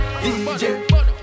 DJ